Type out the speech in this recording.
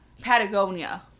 Patagonia